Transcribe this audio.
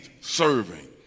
serving